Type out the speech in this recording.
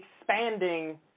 expanding